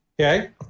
Okay